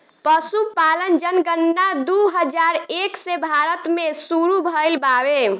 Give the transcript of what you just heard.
पसुपालन जनगणना दू हजार एक से भारत मे सुरु भइल बावे